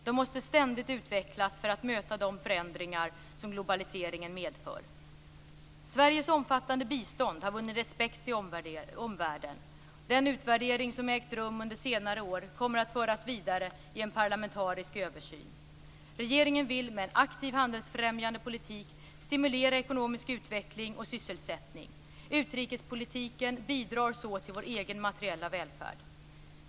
De måste ständigt utvecklas för att möta de förändringar som globaliseringen medför. Sveriges omfattande bistånd har vunnit respekt i omvärlden. Den utvärdering som ägt rum under senare år kommer att föras vidare i en parlamentarisk översyn. Regeringen vill med en aktiv handelsfrämjande politik stimulera ekonomisk utveckling och sysselsättning. Utrikespolitiken bidrar så till vår egen materiella välfärd.